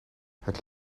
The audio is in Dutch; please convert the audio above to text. het